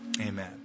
amen